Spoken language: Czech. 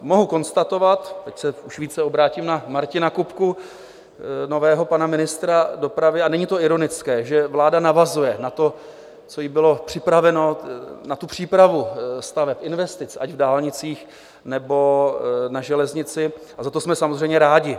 Mohu konstatovat teď se už více obrátím na Martina Kupku, nového pana ministra dopravy, a není to ironické že vláda navazuje na to, co jí bylo připraveno, na přípravu staveb, investic, ať v dálnicích, nebo na železnici, a za to jsme samozřejmě rádi.